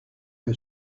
que